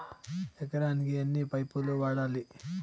ఎకరాకి ఎన్ని పైపులు వాడాలి?